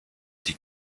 die